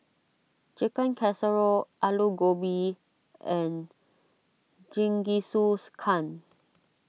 Chicken Casserole Alu Gobi and